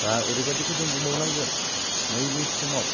दा ओरैबादिखौ जों बुंबाव नांगोन नैबे समाव